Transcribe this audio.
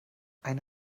eine